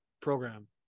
program